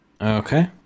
Okay